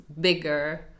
bigger